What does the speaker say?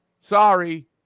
Sorry